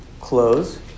close